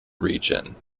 region